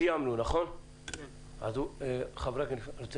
אני מרגיש